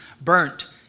burnt